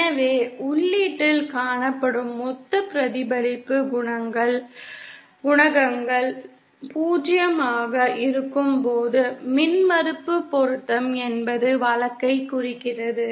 எனவே உள்ளீட்டில் காணப்படும் மொத்த பிரதிபலிப்பு குணகங்கள் 0 ஆக இருக்கும்போது மின்மறுப்பு பொருத்தம் என்பது வழக்கைக் குறிக்கிறது